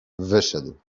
wyszedł